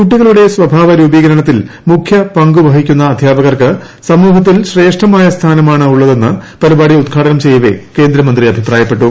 കുട്ടികളുടെ സ്വഭാവ രൂപീകരണത്തിൽ മുഖ്യ പങ്കുവഹിക്കുന്ന അധ്യാപകർക്ക് സമൂഹത്തിൽ ശ്രേഷ്ഠമായ സ്ഥാനമാണുള്ളതെന്ന് പരിപാടി ഉദ്ഘാടനം ചെയ്യവെ കേന്ദ്ര മന്ത്രി അഭിപ്രായപ്പെട്ടു